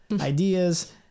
ideas